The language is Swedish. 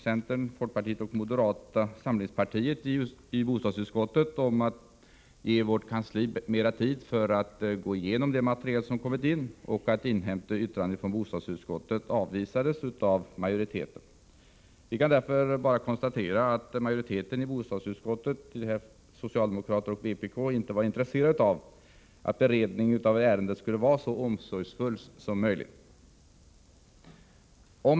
Centerns, folkpartiets.och moderaternas representanter i bostadsutskottet har framställt ett yrkande om att vårt kansli får mera tid på sig för att gå igenom det material som tillkommit och för att inhämta ett yttrande från bostadsdepartementet, men det yrkandet avvisades av utskottsmajoriteten. Vi kan därför bara konstatera att bostadsutskottets majoritet — socialdemokrater och vpk-are — inte är intresserade av en så omsorgsfull beredning av ärendet som möjligt.